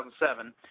2007